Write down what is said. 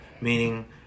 meaning